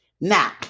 now